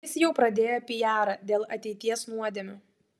jis jau pradėjo pijarą dėl ateities nuodėmių